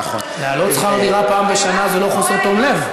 להעלות שכר-דירה פעם בשנה זה לא חוסר תום-לב.